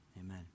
amen